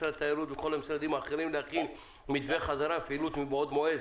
למשרד התיירות ולכל המשרדים האחרים להכין מתווה חזרה לפעילות מבעוד מועד